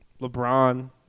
LeBron